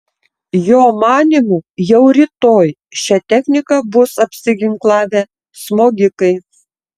jo manymu jau rytoj šia technika bus apsiginklavę smogikai